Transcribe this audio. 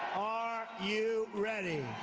are you ready?